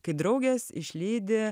kai draugės išlydi